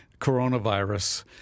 coronavirus